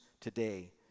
today